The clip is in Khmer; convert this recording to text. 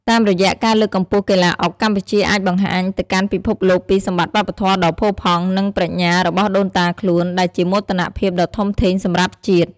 តាមរយៈការលើកកម្ពស់កីឡាអុក កម្ពុជាអាចបង្ហាញទៅកាន់ពិភពលោកពីសម្បត្តិវប្បធម៌ដ៏ផូរផង់ និងប្រាជ្ញារបស់ដូនតាខ្លួន ដែលជាមោទនភាពដ៏ធំធេងសម្រាប់ជាតិ។